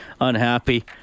unhappy